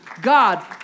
God